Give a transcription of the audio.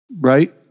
right